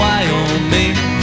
Wyoming